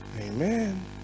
Amen